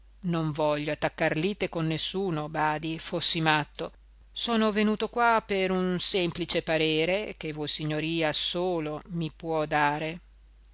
non voglio attaccar lite con nessuno badi fossi matto sono venuto qua per un semplice parere che vossignoria solo mi può dare